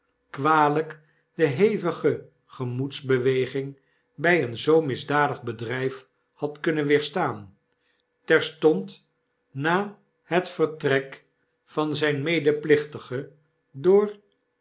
kwalijk de nevige gemoedsbeweging by een zoo misdadig bedrrjf had kunnen weerstaan terstond na het vertrek van zyn medeplichtige door